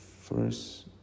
first